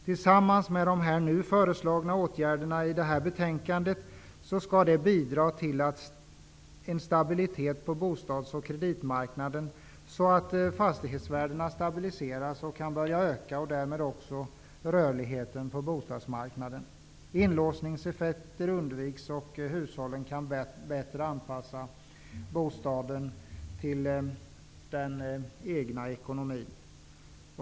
Tillsammans med de åtgärder som föreslås i betänkandet skall de bidra till att skapa en stabilitet på bostads och kreditmarknaden så att fastighetsvärdena stabiliseras och kan börja öka. Därmed ökar också rörligheten på bostadsmarknaden. Inlåsningseffekter undviks och hushållen kan bättre anpassa bostaden till den egna ekonomin.